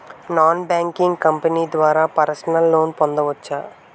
Non banking company ద్వారా personal loan పొందవచ్చా?